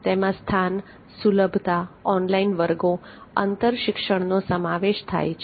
તેમાં સ્થાન સુલભતા ઓનલાઇન વર્ગો અંતર શિક્ષણનો સમાવેશ થાય છે